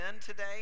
today